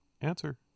Answer